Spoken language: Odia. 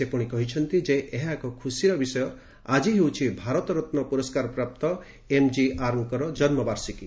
ସେ ପୁଣି କହିଛନ୍ତି ଯେ ଏହା ଏକ ଖୁସିର ବିଷୟ ଆଜି ହେଉଛି ଭାରତରତ୍ନ ପୁରସ୍କାରପ୍ରାପ୍ତ ଏମଜିଆରଙ୍କ ଜନ୍ମବାର୍ଷିକୀ